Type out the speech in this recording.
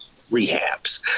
rehabs